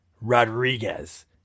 Rodriguez